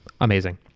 amazing